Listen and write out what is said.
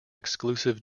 exclusive